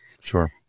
Sure